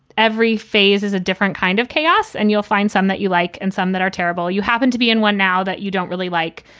every phase is a different kind of chaos and you'll find some that you like and some that are terrible. you happen to be in one now that you don't really like,